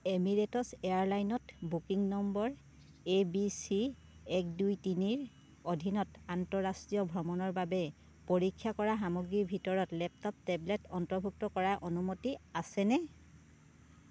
emirates airline ত booking number A B C এক দুই তিনিৰ অধীনত আন্তঃৰাষ্ট্ৰীয় ভ্ৰমণৰ বাবে পৰীক্ষা কৰা সামগ্ৰীৰ ভিতৰত লেপটপ টেবলেট অন্তৰ্ভুক্ত কৰাৰ অনুমতি আছে নে